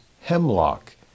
hemlock